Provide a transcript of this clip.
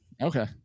Okay